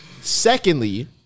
Secondly